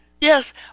Yes